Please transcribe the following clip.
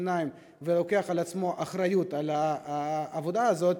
שיניים ולוקח על עצמו אחריות לעבודה הזאת,